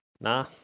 Nah